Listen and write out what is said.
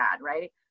right